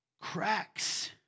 cracks